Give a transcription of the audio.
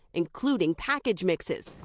including package mixes,